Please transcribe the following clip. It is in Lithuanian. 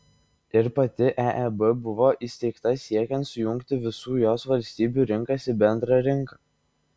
ir pati eeb buvo įsteigta siekiant sujungti visų jos valstybių rinkas į bendrą rinką